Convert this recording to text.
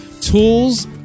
tools